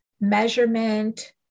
measurement